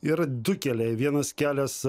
yra du keliai vienas kelias